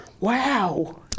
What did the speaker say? Wow